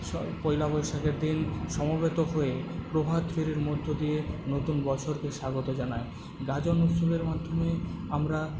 পয়লা বৈশাখের দিন সমবেত হয়ে প্রভাত ফেরির মধ্য দিয়ে নতুন বছরকে স্বাগত জানায় গাজন উৎসবের মাধ্যমে আমরা